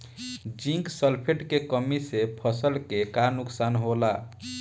Zinc sulphate के कमी से फसल के का नुकसान होला?